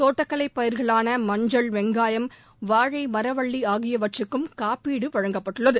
தோட்டக்கலை பயிர்களான மஞ்சள் வெங்காயம் வாழழ மரவள்ளி ஆகியவற்றுக்கும் காப்பீடு வழங்கப்பட்டுள்ளது